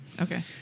Okay